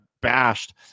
bashed